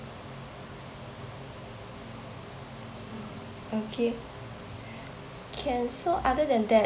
okay can so other that